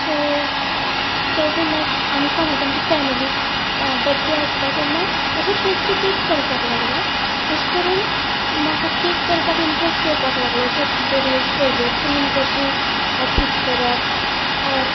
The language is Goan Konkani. सो तेजे नॅक्स्ट आनी कोणाच्या आमच्या फॅमिली बड्डे आसता तेन्ना अशेंच बेस्टी केक करपाक लागले अशें करून म्हाका केक करपाक इंट्रस्ट येवपाक लागलो सो विडियोज पयल्यो क्रीम कशी थीक करप ऑर